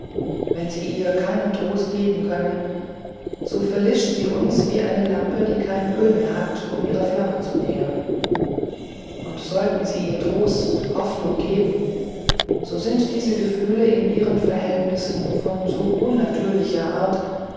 wenn sie ihr keinen trost geben können so verlischt sie uns wie eine lampe die kein öl mehr hat um ihre flamme zu nähren und wollten sie ihr trost hoffnung geben so sind diese gefühle in ihren verhältnissen von so unnatürlicher art